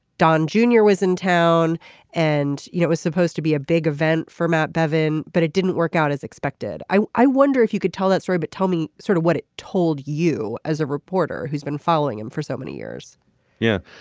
don junior was in town and you know it was supposed to be a big event for matt bevin but it didn't work out as expected. i i wonder if you could tell that story but tell me sort of what it told you as a reporter who's been following him for so many years yeah.